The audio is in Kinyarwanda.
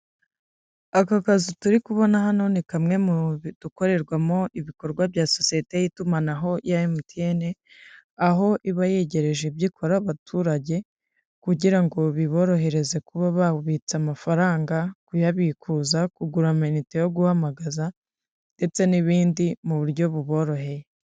Aka kazu turi kubona hano ni kamwe mu dukorerwamo ibikorwa bya sosiyete y'itumanaho ya MTN, aho iba yegereje ibyo ikora abaturage, kugira ngo biborohereze kuba babitsa amafaranga, kuyabikuza, kugura amayinite yo guhamagaza ndetse n'ibindi mu buryo buboroheye.